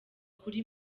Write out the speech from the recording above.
kuri